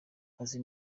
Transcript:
azi